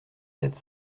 sept